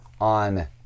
on